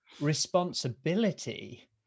responsibility